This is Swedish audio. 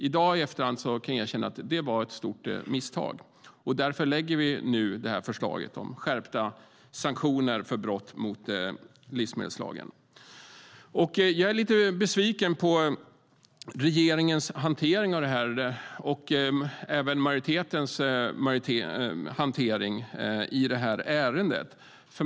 I dag, i efterhand, kan jag medge att det var ett stort misstag. Därför lägger vi nu förslaget om skärpta sanktioner vid brott mot livsmedelslagen. Jag är lite besviken på regeringens hantering och även på majoritetens hantering av ärendet.